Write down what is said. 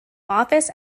office